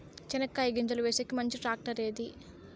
చెనక్కాయ గింజలు వేసేకి మంచి టాక్టర్ ఏది?